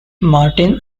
martin